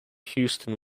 houston